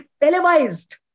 televised